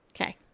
Okay